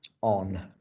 on